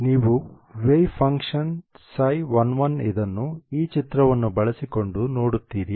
ನೀವು wave function ψ1 1 ಇದನ್ನು ಈ ಚಿತ್ರವನ್ನು ಬಳಸಿಕೊಂಡು ನೋಡುತ್ತೀರಿ